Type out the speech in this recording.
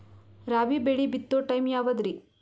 ರಾಬಿ ಬೆಳಿ ಬಿತ್ತೋ ಟೈಮ್ ಯಾವದ್ರಿ?